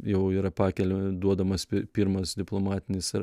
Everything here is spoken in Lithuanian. jau yra pakelia duodamas pirmas diplomatinis ar